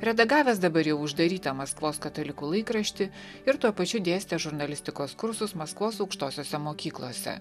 redagavęs dabar jau uždarytą maskvos katalikų laikraštį ir tuo pačiu dėstė žurnalistikos kursus maskvos aukštosiose mokyklose